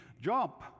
jump